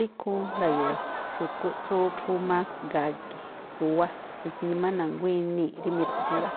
Rí ikhúún nda̱yo̱o̱ xu̱kúꞌ tsú phú más gagi júwá, pues nimá na̱nguá inii̱ rí miruꞌjun rá,